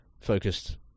focused